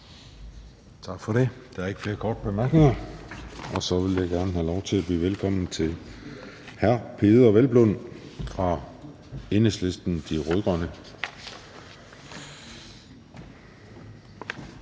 Tak for det. Der er ikke flere korte bemærkninger. Så vil jeg gerne have lov til at byde velkommen til hr. Peder Hvelplund fra Enhedslisten – De Rød-Grønne.